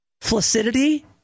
flaccidity